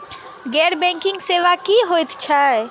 गैर बैंकिंग सेवा की होय छेय?